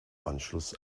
anschluss